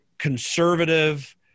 Conservative